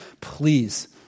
please